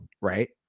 right